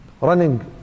running